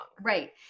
Right